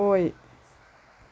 ꯑꯣꯏ